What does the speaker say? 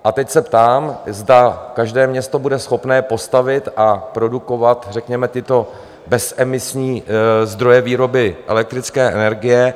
A teď se ptám, zda každé město bude schopné postavit a produkovat řekněme tyto bezemisní zdroje výroby elektrické energie?